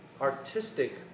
artistic